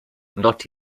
not